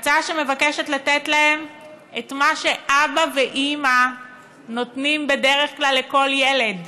זו הצעה שמבקשת לתת להם את מה שאבא ואימא נותנים בדרך כלל לכל ילד: